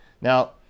Now